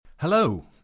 Hello